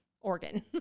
organ